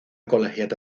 colegiata